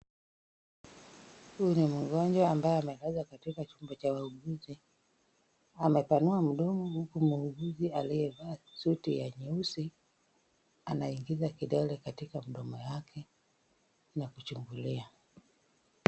Huyu ni mgonjwa ambaye amelazwa katika chumba cha wauguzi, amepanua mdomo huku muuguzi aliyevaa suti ya nyeusi anaingiza kidole katika mdomo wake na kuchungulia.